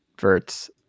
Verts